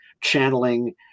channeling